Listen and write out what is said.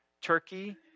Turkey